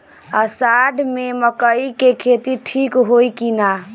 अषाढ़ मे मकई के खेती ठीक होई कि ना?